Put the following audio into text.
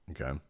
Okay